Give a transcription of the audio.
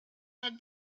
had